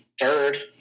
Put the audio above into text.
third